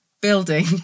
building